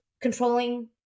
controlling